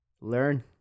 Learn